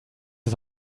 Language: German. das